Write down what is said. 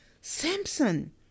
Samson